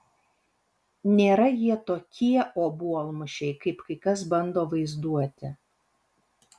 nėra jie tokie obuolmušiai kaip kai kas bando vaizduoti